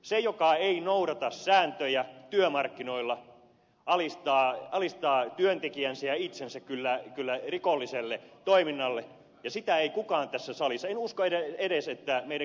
se joka ei noudata sääntöjä työmarkkinoilla alistaa työntekijänsä ja itsensä kyllä rikolliselle toiminnalle ja sitä ei kukaan tässä salissa uskoiden edessä ja medi